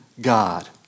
God